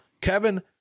Kevin